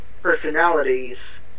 personalities